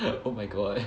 oh my god